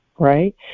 Right